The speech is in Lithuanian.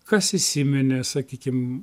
kas įsiminė sakykim